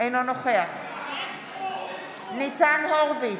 אינו נוכח ניצן הורוביץ,